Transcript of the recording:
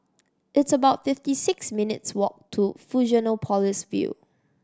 it's about fifty six minutes' walk to Fusionopolis View